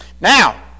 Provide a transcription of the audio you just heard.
Now